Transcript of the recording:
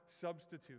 substitute